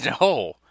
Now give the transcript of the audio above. no